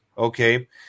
Okay